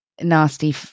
Nasty